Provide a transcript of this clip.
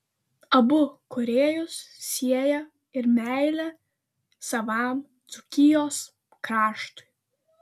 abu kūrėjus sieja ir meilė savam dzūkijos kraštui